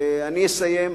אני אסיים.